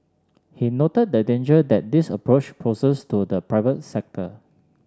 he noted the danger that this approach poses to the private sector